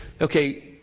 okay